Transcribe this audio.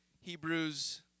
Hebrews